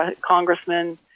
congressman